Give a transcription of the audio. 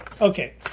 Okay